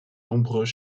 nombreux